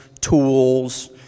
tools